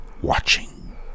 watching